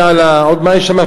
ומה עוד יש שם?